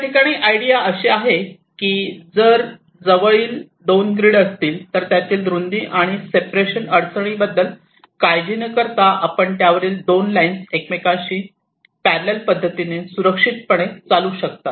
याठिकाणी आयडिया अशी आहे की जर जवळील दोन ग्रीड असेल असतील तर रुंदी आणि सेपरेशन अडचणीत बद्दल काळजी न करता आपण त्या वरील 2 लाइन्स एकमेकांशी पॅररल पद्धतीने सुरक्षितपणे चालू शकतात